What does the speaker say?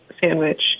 sandwich